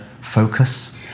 focus